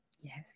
Yes